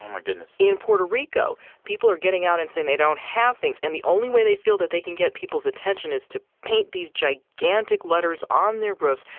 my goodness. in puerto rico. people are getting out and saying they don't have things. and the only way they feel that they can get people's attention is to paint these gigantic letters on their roofs,